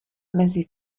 mezi